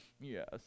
Yes